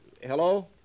Hello